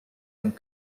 and